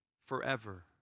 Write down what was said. forever